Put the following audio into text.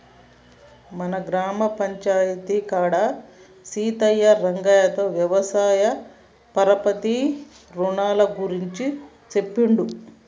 మన గ్రామ పంచాయితీ కాడ సీనయ్యా రంగయ్యతో వ్యవసాయ పరపతి రునాల గురించి సెప్పిండు